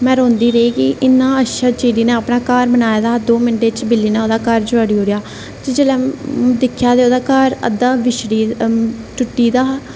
में रौंदी रेही मीं इन्ना अच्छा चिड़ी ने अपना घर बनाए दा हा दो मिन्टें च बिल्ली ने ओह्दा घर जोआड़ी ओड़ेआ ते जेल्लै दिक्खेआ ते ओह्दा घर अद्धा बिछड़ी टुट्टी दा हा